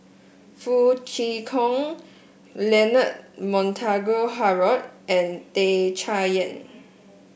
Foo Kwee Horng Leonard Montague Harrod and Tan Chay Yan